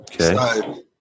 Okay